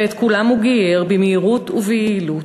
ואת כולם הוא גייר במהירות וביעילות,